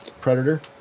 Predator